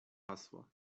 hasła